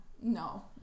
No